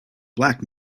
black